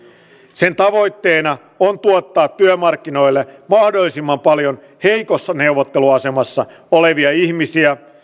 sen tavoitteena on tuottaa työmarkkinoille mahdollisimman paljon heikossa neuvotteluasemassa olevia ihmisiä